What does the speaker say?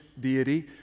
deity